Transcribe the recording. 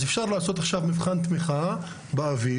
אפשר לעשות עכשיו מבחן תמיכה באוויר,